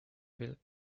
built